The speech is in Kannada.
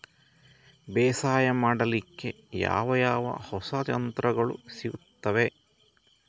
ಬೇಸಾಯ ಮಾಡಲಿಕ್ಕೆ ಯಾವ ಯಾವ ಹೊಸ ಯಂತ್ರಗಳು ಸಿಗುತ್ತವೆ?